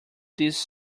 this